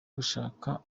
gushaka